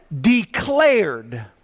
declared